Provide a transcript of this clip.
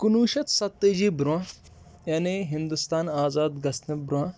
کُنوُہ شَتھ ستٲجی برونٛہہ یعنی ہِندُستان آزاد گژھنہٕ برونٛہہ